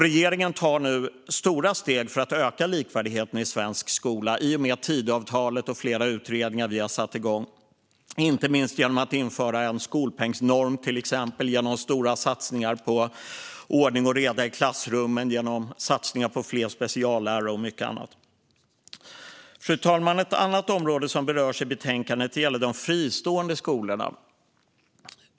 Regeringen tar nu stora steg för att öka likvärdigheten i svensk skola i och med Tidöavtalet och flera utredningar vi har satt igång, inte minst genom att införa en skolpengsnorm i fråga om stora satsningar på ordning och reda i klassrummen, satsningar på fler speciallärare och mycket annat. Fru talman! Ett annat område som berörs i betänkandet är de fristående skolorna.